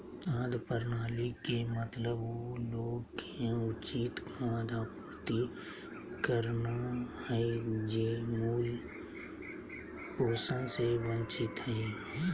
खाद्य प्रणाली के मतलब उ लोग के उचित खाद्य आपूर्ति करना हइ जे मूल पोषण से वंचित हइ